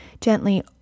gently